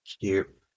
Cute